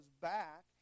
back